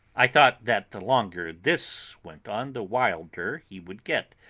i thought that the longer this went on the wilder he would get,